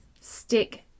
stick